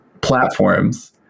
platforms